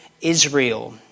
Israel